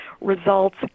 results